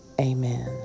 Amen